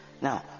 Now